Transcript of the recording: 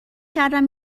کردم